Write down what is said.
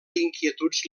inquietuds